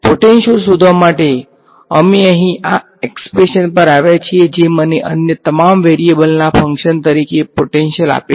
potential શોધવા માટે અમે અહીં આ એક્સ્પ્રેશન પર આવ્યા છીએ જે મને અન્ય તમામ વેરીએબલ્સ ના ફંકશન તરીકે પોટેંશીયલ ત આપે છે